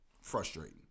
Frustrating